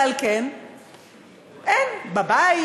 ועל כן הם בבית.